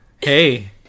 Hey